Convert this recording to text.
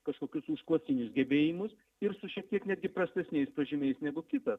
kažkokius užklasinius gebėjimus ir su šiek tiek netgi prastesniais pažymiais negu kitas